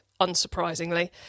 unsurprisingly